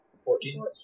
Fourteen